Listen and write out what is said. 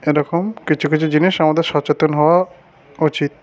এরকম কিছু কিছু জিনিস আমাদের সচেতন হওয়া উচিত